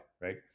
right